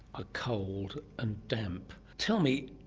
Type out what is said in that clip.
ah cold and damp. tell me,